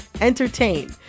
entertain